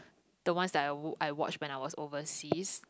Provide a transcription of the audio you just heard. the ones that I w~ I watch when I was overseas